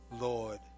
Lord